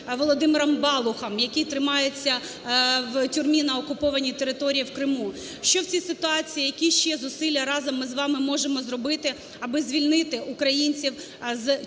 Володимиром Балухом, який тримається в тюрмі на окупованій території в Криму. Що в цій ситуації, які ще зусилля разом ми з вами можемо зробити, аби звільнити українців з тюрем